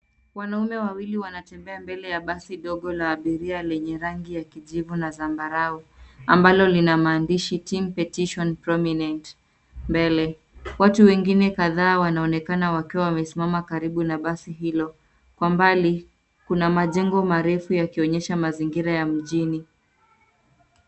Wanaume wawili wanatembea mbele ya basi ndogo la abiria lenye rangi ya kijivu na zambarau ambalo lina maandishi, team petition prominent, mbele. Watu wengine kadhaa wanaonekana wakiwa wamesimama karibu na basi hilo. Kwa mbali kuna majengo marefu yakionyesha mazingira ya mjini.